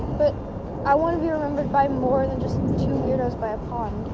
but i want to be remembered by more than just two weirdos by a pond.